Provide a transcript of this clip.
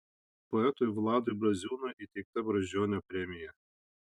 poetui vladui braziūnui įteikta brazdžionio premija